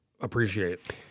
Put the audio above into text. appreciate